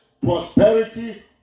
prosperity